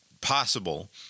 possible